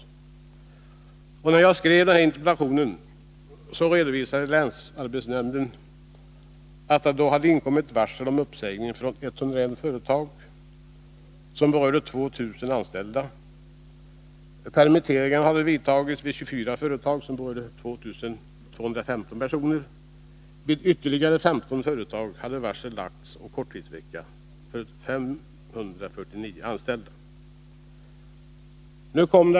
Vid den tidpunkt då jag skrev min interpellation redovisade länsarbetsnämnden att det från 101 företag inkommit varsel om uppsägning, som berörde 2 000 anställda. Permitteringar, som berörde 2 215 personer, hade vidtagits vid 24 företag. Vid ytterligare 15 företag hade varsel lagts om korttidsvecka för 549 anställda.